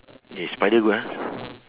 yes spider go ah